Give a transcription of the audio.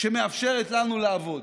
שמאפשרת לנו לעבוד,